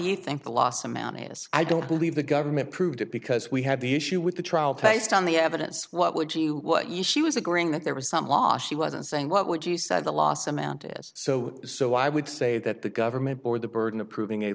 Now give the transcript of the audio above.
you think the loss amounted is i don't believe the government proved it because we had the issue with the trial based on the evidence what would you what you she was agreeing that there was some law she wasn't saying what would you say the loss amount is so so i would say that the government board the burden of proving